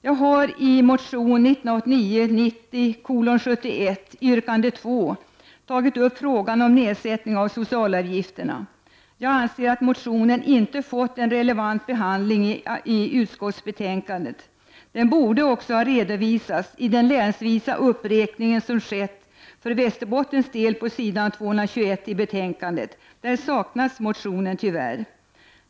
Jag har i motion 1989/90:71, yrkande 2, tagit upp frågan om nedsättning av socialavgifterna. Jag anser att motionen inte fått en relevant behandling i utskottsbetänkandet. Den borde också ha redovisats i den länsvisa uppräkning som skett för Västerbottens del på s. 221 i betänkandet. Där saknas motionen tyvärr.